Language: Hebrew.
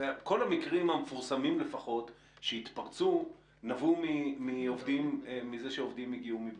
כל המקרים המפורסמים לפחות שהתפרצו נבעו מזה שעובדים הגיעו מבחוץ.